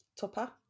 topper